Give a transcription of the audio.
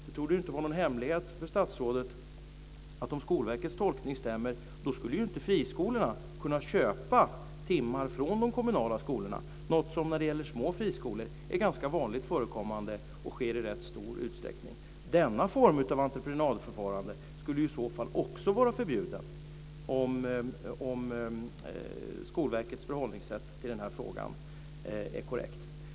Det torde inte vara någon hemlighet för statsrådet att om Skolverkets tolkning stämmer skulle inte friskolorna kunna köpa timmar från de kommunala skolorna, något som är ganska vanligt förekommande och sker i rätt stor utsträckning när det gäller små friskolor. Denna form av entreprenadsförfarande skulle i så fall också vara förbjuden om Skolverkets förhållningssätt i den här frågan är korrekt.